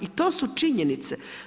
I to su činjenice.